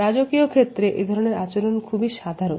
রাজকীয় ক্ষেত্রে এ ধরনের আচরণ খুবই সাধারণ